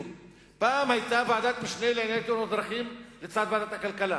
פעם היתה ועדת משנה לענייני תאונות דרכים לצד ועדת הכלכלה.